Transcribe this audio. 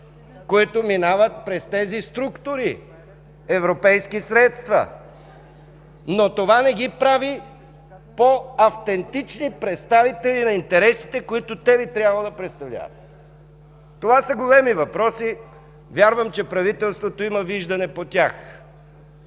които минават през тези структури – европейски средства, но това не ги прави пò автентични представители на интересите, които те би трябвало да представляват”. Това са големи въпроси – вярвам, че правителството има виждане по тях.